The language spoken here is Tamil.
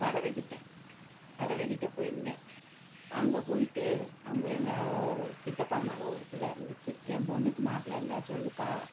பரவைக்கிட்டே பரவைக்கிட்டே போயிருந்தேன் அங்கே போய்விட்டு அங்கே எங்கள் சித்தப்பா மகன் ஒரு பிள்ள இருந்துச்சு என் பொண்ணுக்கு மாப்பிளை இருந்தால் சொல்லுக்கா